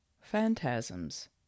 phantasms